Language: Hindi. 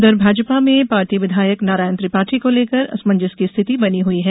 उधर भाजपा में पार्टी विधायक नारायण त्रिपाठी को लेकर असमंजस की स्थिति बनी हुयी है